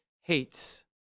hates